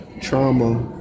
trauma